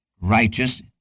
righteous